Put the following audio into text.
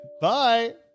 Bye